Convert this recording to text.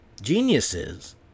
Geniuses